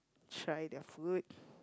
try their food